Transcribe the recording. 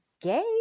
gay